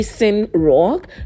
rock